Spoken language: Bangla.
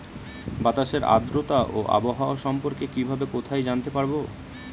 বাতাসের আর্দ্রতা ও আবহাওয়া সম্পর্কে কিভাবে কোথায় জানতে পারবো?